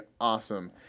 awesome